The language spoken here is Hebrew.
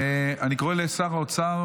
אני קורא לשר האוצר,